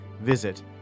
Visit